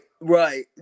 Right